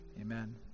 Amen